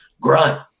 grunt